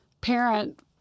parent